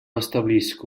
establisc